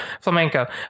flamenco